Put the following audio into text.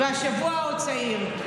והשבוע עוד צעיר.